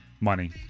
Money